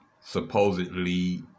supposedly